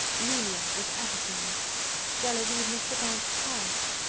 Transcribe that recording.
lelia was ever jealous jealous even of chopin's past.